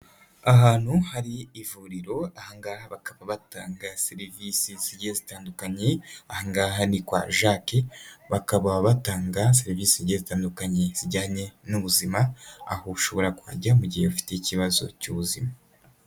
Ahantu hari ivuriro, aha ngaha bakaba batanga serivisi zigiye zitandukanye, aha ngaha ni kwa Jacques, bakaba batanga serivisi zigiye zitandukanye zijyanye n'ubuzima, aho ushobora kuhajya mu gihe ufite ikibazo cy'ubuzima.